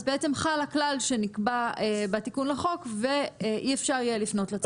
אז בעצם חל הכלל שנקבע בתיקון לחוק ואי אפשר יהיה לפנות לצרכן.